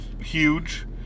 huge